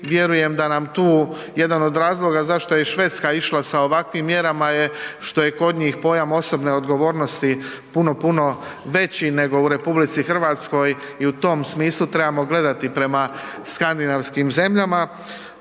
Vjerujem da nam tu, jedan od razloga zašto je i Švedska išla sa ovakvim mjerama je što je kod njih pojam osobne odgovornosti puno, puno veći u RH i u tom smislu trebamo gledati prema skandinavskim zemljama,